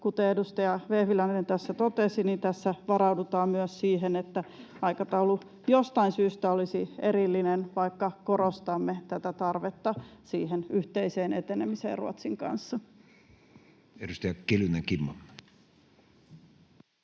kuten edustaja Vehviläinen tässä totesi, tässä varaudutaan myös siihen, että aikataulu jostain syystä olisi erillinen, vaikka korostamme tätä tarvetta siihen yhteiseen etenemiseen Ruotsin kanssa. Edustaja Kiljunen, Kimmo.